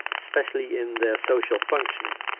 especially in their social functioning